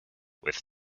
with